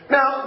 Now